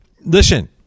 listen